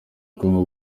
kongo